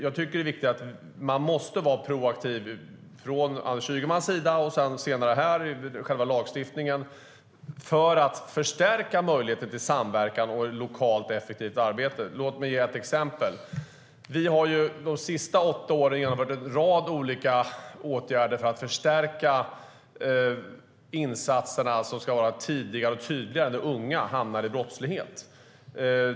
Man måste vara proaktiv från Anders Ygemans sida, och senare här i själva lagstiftningen, för att förstärka möjligheten till samverkan och effektivt lokalt arbete. Låt mig ge ett exempel. Vi har de senaste åtta åren vidtagit en rad olika åtgärder för att förstärka insatserna så att de ska göras tidigare och tydligare när unga hamnar i brottslighet.